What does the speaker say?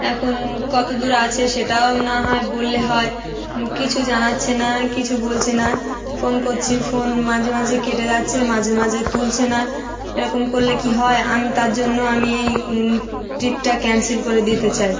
এখন কত দূর আছে সেটাও না হয় বললে হয় কিছু জানাচ্ছে না কিছু বলছে না ফোন করছি ফোন মাঝে মাঝে কেটে যাচ্ছে মাঝে মাঝে তুলছে না এরকম করলে কী হয় আমি তার জন্য আমি এই ট্রিপটা ক্যানসেল করে দিতে চাই